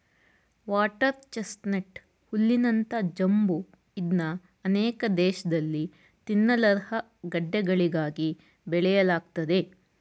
water chestnut ಹುಲ್ಲಿನಂತ ಜಂಬು ಇದ್ನ ಅನೇಕ ದೇಶ್ದಲ್ಲಿ ತಿನ್ನಲರ್ಹ ಗಡ್ಡೆಗಳಿಗಾಗಿ ಬೆಳೆಯಲಾಗ್ತದೆ